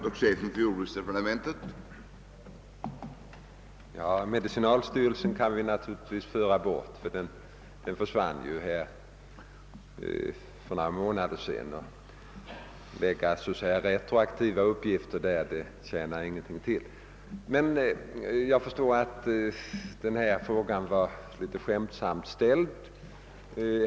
Herr talman! Medicinalstyrelsen kan vi naturligtvis utesluta; den försvann ju för några månader sedan, och att så att säga lägga retroaktiva uppgifter på den tjänar ingenting till. Jag förstår att denna fråga var litet skämtsamt ställd.